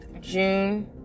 June